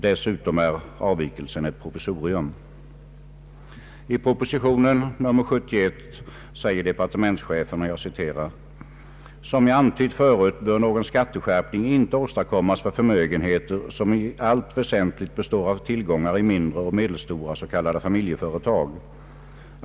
Dessutom är avvikelsen ett provisorium. I proposition 71 säger departementschefen: ”Som jag antytt förut bör någon skatteskärpning inte åstadkommas för förmögenheter som i allt väsentligt består av tillgångar i mindre och medelstora s.k. familjeföretag.